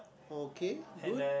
okay good